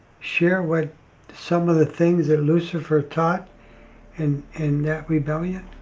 share what some of the things that lucifer taught and in that rebellion?